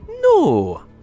No